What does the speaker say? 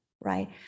right